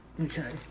Okay